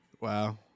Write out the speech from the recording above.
wow